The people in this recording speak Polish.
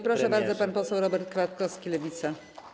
Proszę bardzo, pan poseł Robert Kwiatkowski, Lewica.